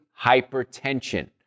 hypertension